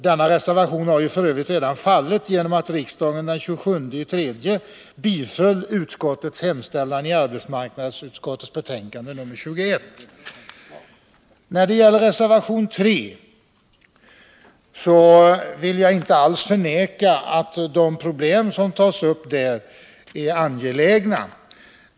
Denna reservation har f. ö. fallit genom att riksdagen den 27 mars biföll hemställan i arbetsmarknadsutskottets betänkande nr 21. När det gäller reservation 3 vill jag inte alls förneka att de problem som där tas upp är angelägna.